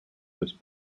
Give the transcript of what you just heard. this